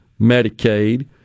Medicaid